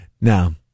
Now